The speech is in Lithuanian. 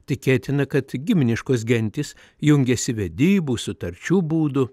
tikėtina kad giminiškos gentys jungėsi vedybų sutarčių būdu